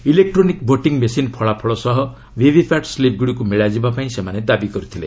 electronic voting machine ଫଳାଫଳ ସହ VVPAT ସ୍କିପ୍ଗୁଡ଼ିକୁ ମେଳାଯିବା ପାଇଁ ସେମାନେ ଦାବି କରିଥିଲେ